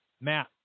Matt